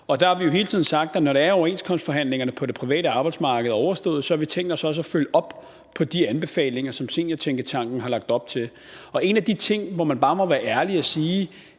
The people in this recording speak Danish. Der har vi jo hele tiden sagt, at når overenskomstforhandlingerne på det private arbejdsmarked er overstået, har vi tænkt os også at følge op på de anbefalinger, som seniortænketanken er kommet med. En af de ting, som man bare må være ærlig og sige